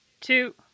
two